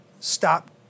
stop